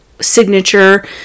signature